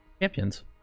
champions